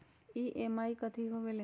EMI कथी होवेले?